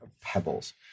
pebbles